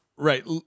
Right